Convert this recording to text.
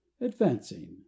Advancing